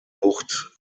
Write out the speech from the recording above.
bucht